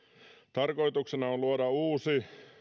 tarkoituksena on luoda uusi